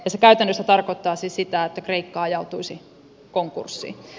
se käytännössä tarkoittaisi sitä että kreikka ajautuisi konkurssiin